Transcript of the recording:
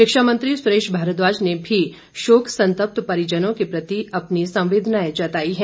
शिक्षा मंत्री सुरेश भारद्वाज ने भी शोक संत्पत परिजनों के प्रति अपनी संवेदनाएं जताई हैं